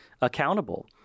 accountable